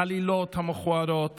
העלילות המכוערות